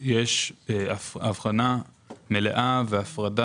והאם יש כוונה להקים מערכי אזעקה ברחבי הכפרים הלא מוכרים בנגב,